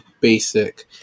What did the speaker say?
basic